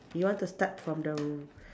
you want to start from the r~